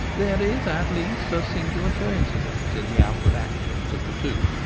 there is, at least, a singular coincidence in the outward actions of the two.